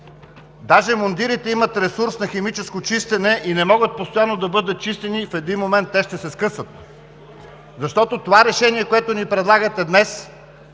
даже мундирите имат ресурс на химическо чистене и не могат постоянно да бъдат чистени и в един момент те ще се скъсат, защото това решение, което ни предлагате днес,